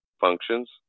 functions